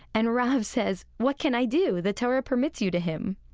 and rav says, what can i do? the torah permits you to him.